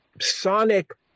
sonic